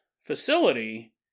facility